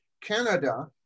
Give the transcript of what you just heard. Canada